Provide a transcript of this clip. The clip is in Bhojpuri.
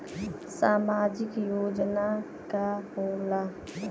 सामाजिक योजना का होला?